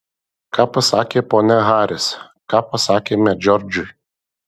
ką pasakė ponia haris ką pasakėme džordžui